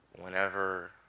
Whenever